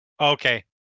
Okay